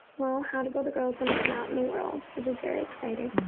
well, how to build a girl is going to come out in the world, which is very exciting.